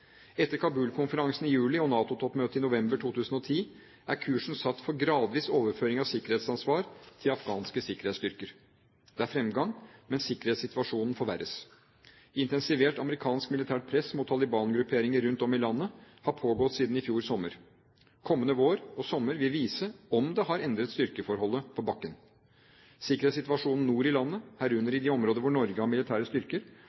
Etter Kabul-konferansen i juli og NATO-toppmøtet i november 2010 er kursen satt for gradvis overføring av sikkerhetsansvar til afghanske sikkerhetsstyrker. Det er fremgang, men sikkerhetssituasjonen forverres. Intensivert amerikansk militært press mot Taliban-grupperinger rundt om i landet har pågått siden i fjor sommer. Kommende vår og sommer vil vise om det har endret styrkeforholdet på bakken. Sikkerhetssituasjonen nord i landet, herunder i de områder hvor Norge har militære styrker,